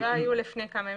שבעה היו לפני כמה ימים.